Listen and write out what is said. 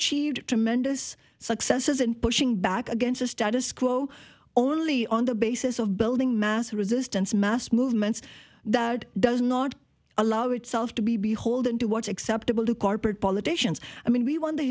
achieved tremendous successes and pushing back against the status quo only on the basis of building mass resistance mass movements that does not allow itself to be beholden to what's acceptable to corporate politicians i mean we won the